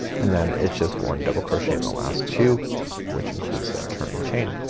and then it's just one double crochet in the last two which includes that turning chain.